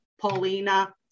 paulina